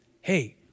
hey